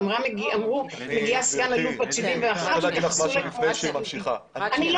אמרו שמגיעה סגן אלוף בת 71. אני לא